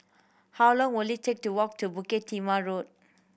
how long will it take to walk to Bukit Timah Road